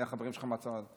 מי החברים שלך מהצבא.